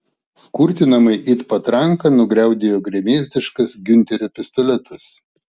kurtinamai it patranka nugriaudėjo gremėzdiškas giunterio pistoletas